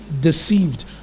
deceived